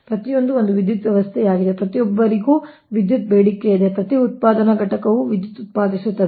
ಪ್ರತಿಯೊಂದೂ ಒಂದು ವಿದ್ಯುತ್ ವ್ಯವಸ್ಥೆಯಾಗಿದೆ ಪ್ರತಿಯೊಬ್ಬರಿಗೂ ವಿದ್ಯುತ್ ಬೇಡಿಕೆಯಿದೆ ಪ್ರತಿ ಉತ್ಪಾದನಾ ಘಟಕವು ವಿದ್ಯುತ್ ಉತ್ಪಾದಿಸುತ್ತಿದೆ